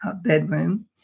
bedroom